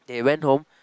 they went home